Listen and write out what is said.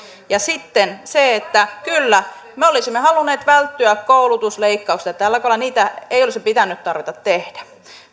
sitten kyllä me olisimme halunneet välttyä koulutusleikkauksilta tällä kaudella niitä ei olisi pitänyt tarvita tehdä